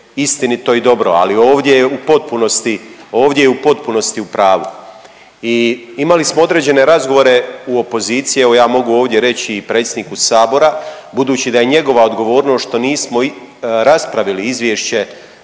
istinito i dobro, ali ovdje je u potpunosti u pravu. I imali smo određene razgovore u opoziciji, evo ja mogu ovdje reći i predsjedniku Sabora budući da je njegova odgovornost što nismo raspravili izvješće